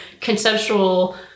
conceptual